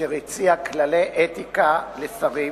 אשר הציעה כללי אתיקה לשרים,